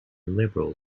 liberal